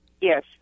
Yes